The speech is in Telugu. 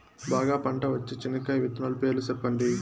బాగా పంట వచ్చే చెనక్కాయ విత్తనాలు పేర్లు సెప్పండి?